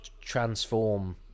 transform